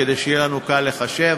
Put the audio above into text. כדי שיהיה לנו קל לחשב,